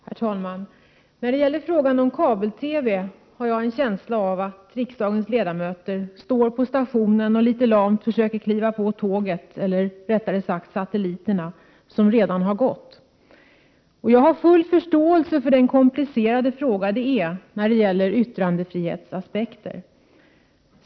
Herr talman! När det gäller frågan om kabel-TV har jag en känsla av att riksdagens ledamöter står på stationen och litet lamt försöker kliva på tåget — eller rättare sagt satelliterna — som redan har gått. Jag har full förståelse för den komplicerade fråga det är när det gäller yttrandefrihetsaspekter.